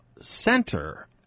center